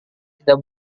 tidak